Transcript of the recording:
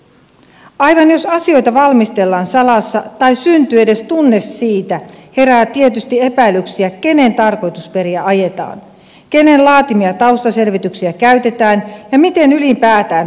aina jos asioita valmistellaan salassa tai syntyy edes tunne siitä herää tietysti epäilyksiä kenen tarkoitusperiä ajetaan kenen laatimia taustaselvityksiä käytetään ja miten ylipäätään taustatietoja hyödynnetään